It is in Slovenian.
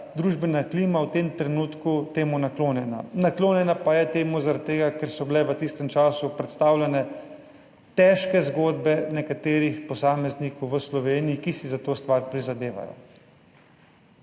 družbena klima v tem trenutku temu naklonjena. Naklonjena pa je temu zaradi tega, ker so bile v tistem času predstavljene težke zgodbe nekaterih posameznikov v Sloveniji, ki si za to stvar prizadevajo.